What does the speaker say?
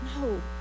No